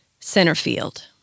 Centerfield